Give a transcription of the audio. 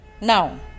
now